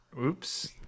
oops